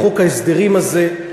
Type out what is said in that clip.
בחוק ההסדרים הזה,